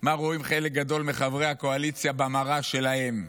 מה רואים חלק גדול מחברי הקואליציה במראה שלהם.